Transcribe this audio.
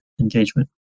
engagement